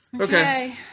Okay